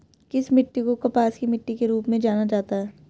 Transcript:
किस मिट्टी को कपास की मिट्टी के रूप में जाना जाता है?